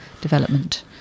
development